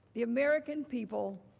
the american people,